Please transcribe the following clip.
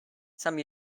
some